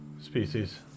species